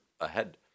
ahead